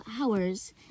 hours